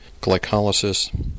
Glycolysis